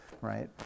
right